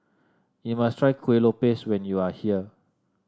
you must try Kueh Lopes when you are here